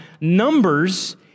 Numbers